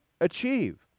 achieve